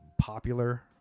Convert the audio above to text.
popular